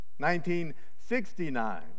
1969